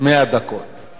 אני